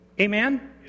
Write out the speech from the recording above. Amen